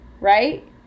right